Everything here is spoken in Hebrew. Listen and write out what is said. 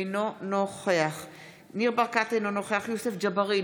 אינו נוכח נפתלי בנט,